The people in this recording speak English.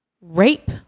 rape